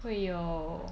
会有